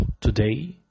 today